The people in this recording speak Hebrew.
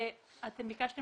ולא אמרתם